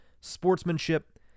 sportsmanship